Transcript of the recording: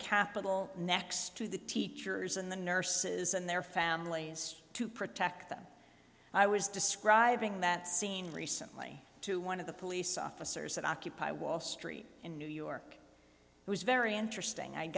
capitol next to the teachers and the nurses and their families to protect them i was describing that scene recently to one of the police officers that occupy wall street in new york was very interesting i